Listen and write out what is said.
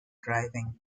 driving